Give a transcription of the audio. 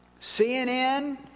CNN